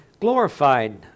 glorified